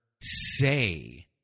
say